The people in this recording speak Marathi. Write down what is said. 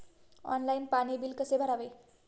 ऑनलाइन पाणी बिल कसे भरावे?